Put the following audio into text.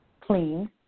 clean